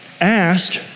ask